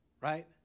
right